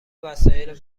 وسایل